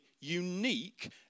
unique